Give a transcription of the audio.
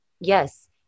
yes